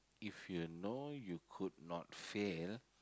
if you know you could not fail